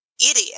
idiot